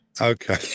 Okay